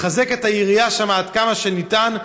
לחזק את העירייה שם כמה שאפשר,